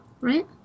right